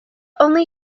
only